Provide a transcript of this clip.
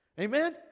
Amen